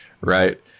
right